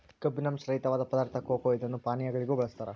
ಕಬ್ಬಿನಾಂಶ ರಹಿತವಾದ ಪದಾರ್ಥ ಕೊಕೊ ಇದನ್ನು ಪಾನೀಯಗಳಿಗೂ ಬಳಸ್ತಾರ